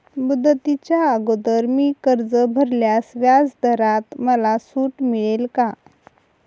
मुदतीच्या अगोदर मी कर्ज भरल्यास व्याजदरात मला सूट मिळेल का?